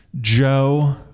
Joe